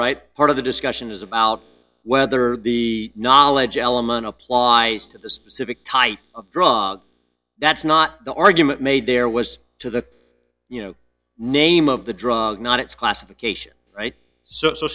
right part of the discussion is about whether the knowledge element applies to the specific type of drug that's not the argument made there was to the you know name of the drug not its classification right so s